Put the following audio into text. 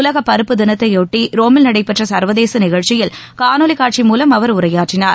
உலகபருப்பு தினத்தைபொட்டிரோமில் நடைபெற்றசர்வதேசநிகழ்ச்சியில் காணொலிகாட்சி மூலம் அவர் உரையாற்றினார்